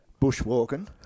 bushwalking